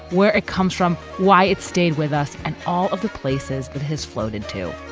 where it comes from, why it stayed with us and all of the places that his floated, too.